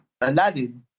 Aladdin